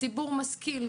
ציבור משכיל,